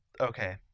Okay